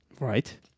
right